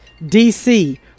dc